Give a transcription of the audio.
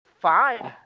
Five